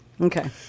okay